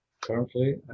currently